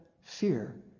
Fear